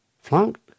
flunked